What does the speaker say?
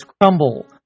crumble